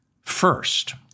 first